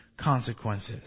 consequences